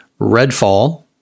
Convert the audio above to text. Redfall